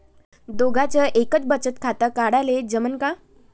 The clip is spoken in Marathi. दोघाच एकच बचत खातं काढाले जमनं का?